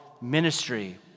ministry